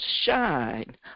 shine